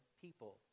people